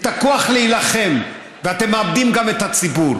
את הכוח להילחם, ואתם מאבדים גם את הציבור.